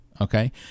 okay